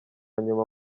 nyuma